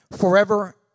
Forever